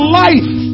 life